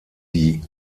die